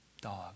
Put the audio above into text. dog